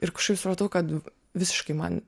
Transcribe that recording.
ir kažkaip supratau kad visiškai man